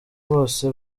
bose